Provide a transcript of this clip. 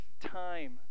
time